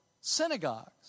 synagogues